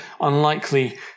unlikely